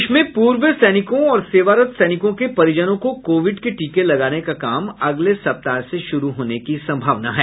देश में पूर्व सैनिकों और सेवारत सैनिकों के परिजनों को कोविड के टीके लगाने का काम अगले सप्ताह से शुरू होने की संभावना है